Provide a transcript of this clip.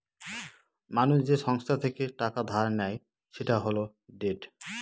মানুষ যে সংস্থা থেকে টাকা ধার নেয় সেটা হল ডেট